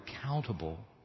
accountable